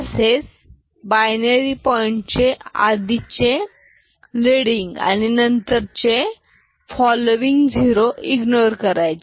तसेच binary point चे आधीचे लेडींग आणि नंतरचे फॉलोविंग झोरो इग्नोर करायचे